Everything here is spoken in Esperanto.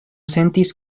sentis